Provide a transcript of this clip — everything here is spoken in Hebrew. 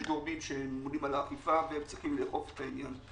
יש גורמים שממונים על האכיפה והם צריכים לאכוף את העניין.